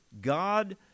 God